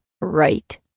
right